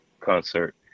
concert